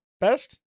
Best